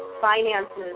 finances